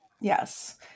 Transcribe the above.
Yes